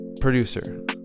producer